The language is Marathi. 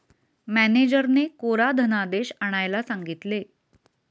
मॅनेजरने कोरा धनादेश आणायला सांगितले